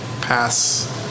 pass